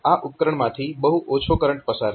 આ ઉપકરણમાંથી બહુ ઓછો કરંટ પસાર થશે